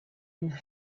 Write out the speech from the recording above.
and